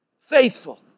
faithful